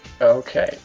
Okay